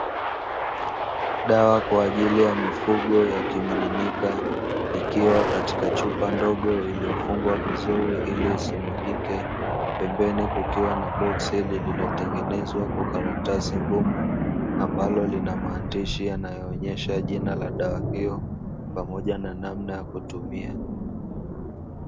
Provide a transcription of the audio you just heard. Dawa kwa ajili ya mifugo ya kumiminika ikiwa katika chupa dogo iliyofungwa vizuri ili isimwagike, pembeni kukiwa na boksi lililotengenezwa kwa karatasi ngumu ambalo lina maandishi yanayoonyesha jina la dawa hiyo pamoja na namna ya kutumia.